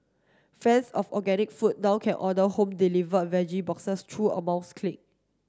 fans of organic food now can order home delivered veggie boxes through a mouse click